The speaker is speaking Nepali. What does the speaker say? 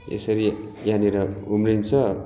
सरी यहाँनिर उम्रिन्छ